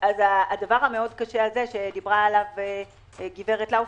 הדבר המאוד קשה הזה שדיברה עליו גב' לאופר,